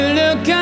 look